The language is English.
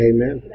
Amen